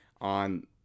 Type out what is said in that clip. on